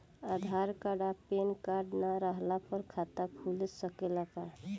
आधार card आ PAN card ना रहला पर खाता खुल सकेला का?